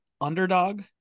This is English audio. underdog